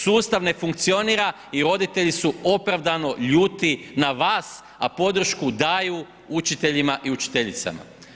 Sustav ne funkcionira i roditelji su opravdano ljuti na vas a podršku daju učiteljima i učiteljicama.